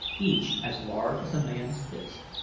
each as large as a man's fist.